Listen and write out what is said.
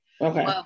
Okay